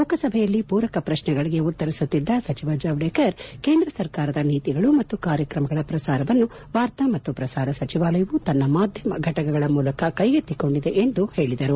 ಲೋಕಸಭೆಯಲ್ಲಿ ಪೂರಕ ಪ್ರಶ್ನೆಗಳಿಗೆ ಉತ್ತರಿಸುತ್ತಿದ್ದ ಸಚಿವ ಜಾವ್ನೇಕರ್ ಕೇಂದ್ರ ಸರ್ಕಾರದ ನೀತಿಗಳು ಮತ್ತು ಕಾರ್ಯಕ್ರಮಗಳ ಪ್ರಸಾರವನ್ನು ವಾರ್ತಾ ಮತ್ತು ಪ್ರಸಾರ ಸಚಿವಾಲಯವು ತನ್ನ ಮಾಧ್ಯಮ ಘಟಕಗಳ ಮೂಲಕ ಕೈಗೆತ್ತಿಕೊಂಡಿದೆ ಎಂದು ಹೇಳಿದರು